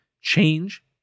change